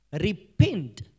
Repent